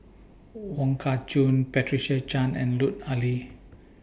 Wong Kah Chun Patricia Chan and Lut Ali